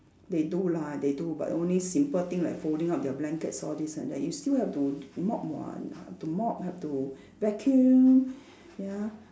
they do lah they do but only simple thing like folding up their blankets all this and that you still have to mop [what] have to mop have to vacuum ya